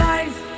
Life